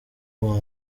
ubwa